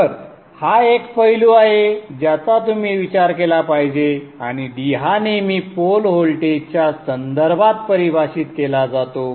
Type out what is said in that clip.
तर हा एक पैलू आहे ज्याचा तुम्ही विचार केला पाहिजे आणि d हा नेहमी पोल व्होल्टेजच्या संदर्भात परिभाषित केला जातो